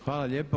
Hvala lijepa.